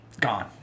gone